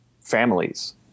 families